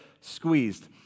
squeezed